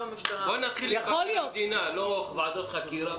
נתחיל עם מבקר המדינה לפני ועדות חקירה.